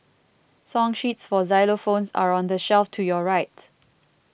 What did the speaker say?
song sheets for xylophones are on the shelf to your right